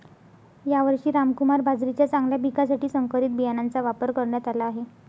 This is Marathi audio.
यावर्षी रामकुमार बाजरीच्या चांगल्या पिकासाठी संकरित बियाणांचा वापर करण्यात आला आहे